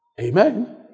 Amen